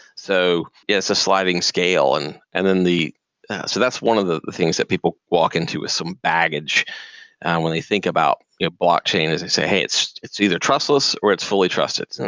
so yeah its' a sliding scale and and then the so that's one of the things that people walk into some baggage when they think about blockchain as they say hey, it's it's either trustless or it's fully trusted. and